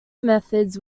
methods